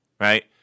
right